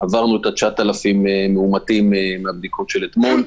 יש יותר מ-9,000 מאומתים מהבדיקות שנעשו אתמול.